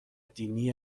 دینی